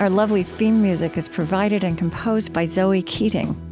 our lovely theme music is provided and composed by zoe keating.